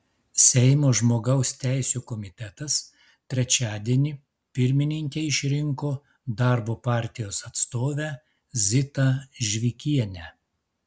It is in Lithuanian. seimo žmogaus teisių komitetas trečiadienį pirmininke išrinko darbo partijos atstovę zitą žvikienę